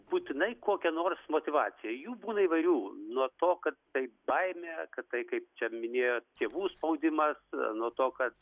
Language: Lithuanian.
būtinai kokia nors motyvacija jų būna įvairių nuo to kad tai baimė kad tai kaip čia minėjo tėvų spaudimas nuo to kad